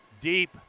deep